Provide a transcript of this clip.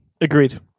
Agreed